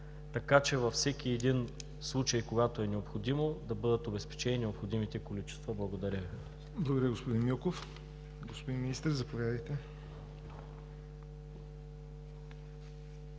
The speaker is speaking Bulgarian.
така че във всеки един случай, когато е необходимо, да бъдат обезпечени необходимите количества? Благодаря.